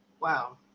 Wow